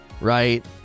Right